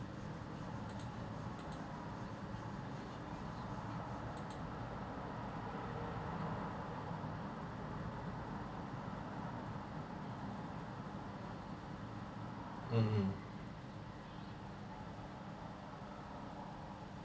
mmhmm